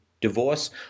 divorce